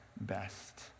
best